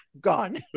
gone